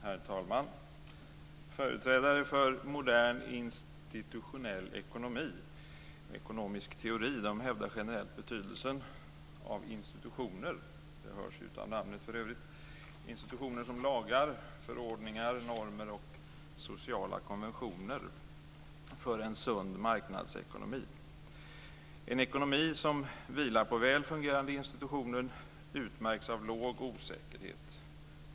Herr talman! Företrädare för modern institutionell ekonomisk teori hävdar generellt betydelsen av institutioner - det hörs för övrigt av namnet - som lagar, förordningar, normer och sociala konventioner för en sund marknadsekonomi. En ekonomi som vilar på väl fungerande institutioner utmärks av låg osäkerhet.